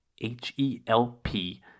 H-E-L-P